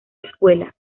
escuela